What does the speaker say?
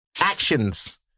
Actions